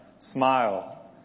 smile